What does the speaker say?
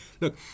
Look